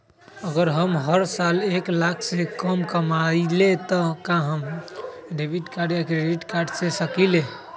अगर हम हर साल एक लाख से कम कमावईले त का हम डेबिट कार्ड या क्रेडिट कार्ड ले सकीला?